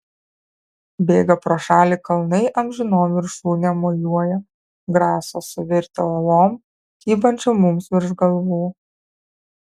bėga pro šalį kalnai amžinom viršūnėm mojuoja graso suvirtę uolom kybančiom mums virš galvų